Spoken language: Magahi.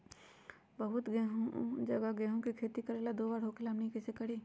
बहुत जगह गेंहू के खेती दो बार होखेला हमनी कैसे करी?